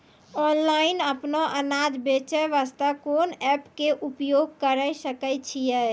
Online अपनो अनाज बेचे वास्ते कोंन एप्प के उपयोग करें सकय छियै?